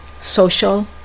social